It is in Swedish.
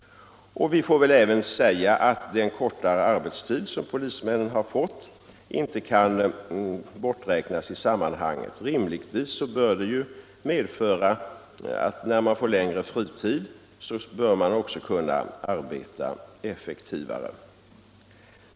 Vi får väl även säga att den kortare arbetstid som polismännen har fått inte kan borträknas i sammanhanget. När man får längre fritid bör man rimligtvis också kunna arbeta effektivare.